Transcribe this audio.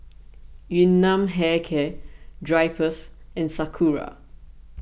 Yun Nam Hair Care Drypers and Sakura